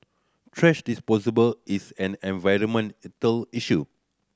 thrash is an environmental issue